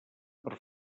per